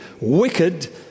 wicked